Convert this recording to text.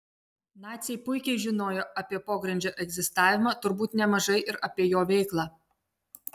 naciai puikiai žinojo apie pogrindžio egzistavimą turbūt nemažai ir apie jo veiklą